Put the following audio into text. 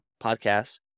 podcasts